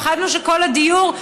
פחדנו שכל הדיור,